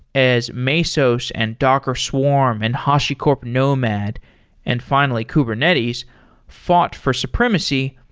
as mesos and docker swarm and hashicorp nomad and finally kubernetes fought for supremacy,